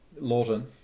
Lawton